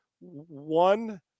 One